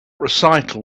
recital